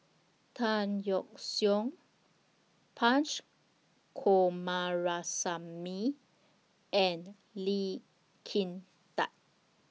Tan Yeok Seong Punch Coomaraswamy and Lee Kin Tat